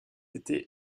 été